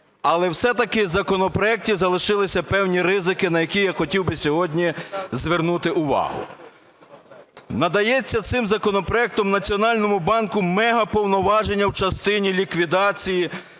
Але все-таки в законопроекті залишилися певні ризики, на які я хотів би сьогодні звернути увагу. Надається цим законопроектом Національному банку мегаповноваження в частині ліквідації